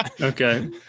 Okay